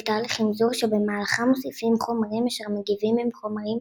תהליך חמזור שבמהלכה מוספים חומרים אשר מגיבים עם חומרים